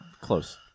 close